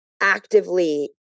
actively